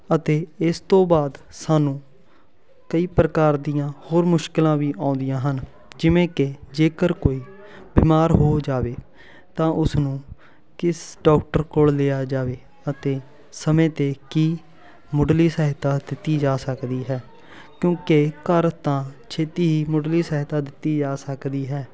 ਅਤੇ ਇਸ ਤੋਂ ਬਾਅਦ ਸਾਨੂੰ ਕਈ ਪ੍ਰਕਾਰ ਦੀਆਂ ਹੋਰ ਮੁਸ਼ਕਲਾਂ ਵੀ ਆਉਂਦੀਆਂ ਹਨ ਜਿਵੇਂ ਕਿ ਜੇਕਰ ਕੋਈ ਬਿਮਾਰ ਹੋ ਜਾਵੇ ਤਾਂ ਉਸਨੂੰ ਕਿਸ ਡਾਕਟਰ ਕੋਲ ਲਿਆ ਜਾਵੇ ਅਤੇ ਸਮੇਂ 'ਤੇ ਕੀ ਮੁੱਢਲੀ ਸਹਾਇਤਾ ਦਿੱਤੀ ਜਾ ਸਕਦੀ ਹੈ ਕਿਉਂਕਿ ਘਰ ਤਾਂ ਛੇਤੀ ਹੀ ਮੁੱਢਲੀ ਸਹਾਇਤਾ ਦਿੱਤੀ ਜਾ ਸਕਦੀ ਹੈ